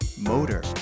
Motor